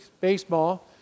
Baseball